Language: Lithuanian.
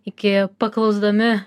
iki paklausdami